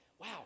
Wow